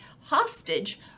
hostage